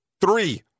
Three